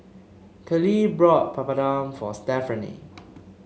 Kalyn brought Papadum for Stephaine